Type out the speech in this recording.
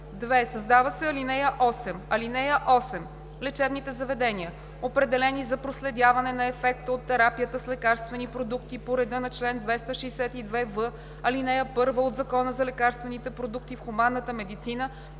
2. Създава се ал. 8: „(8) Лечебните заведения, определени за проследяване на ефекта от терапията с лекарствени продукти по реда на чл. 262в, ал. 1 от Закона за лекарствените продукти в хуманната медицина,